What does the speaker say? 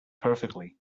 perfectly